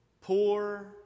Poor